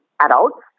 adults